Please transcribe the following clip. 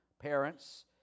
parents